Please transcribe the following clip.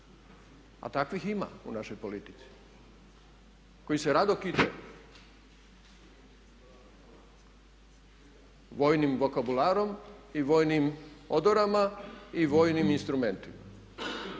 A takvih ima u našoj policiji koji se rado kite vojnim vokabularom i vojnim odorama i vojnim instrumentima.